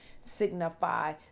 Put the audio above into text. signify